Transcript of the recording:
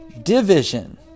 division